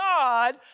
God